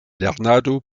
lernado